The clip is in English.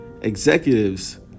executives